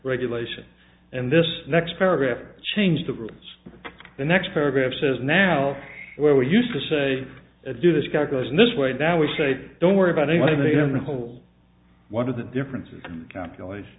regulation and this next paragraph changed the rules the next paragraph says now where we used to say do this calculus in this way that we say don't worry about anyway they have a whole what is the difference in your life